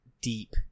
deep